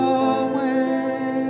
away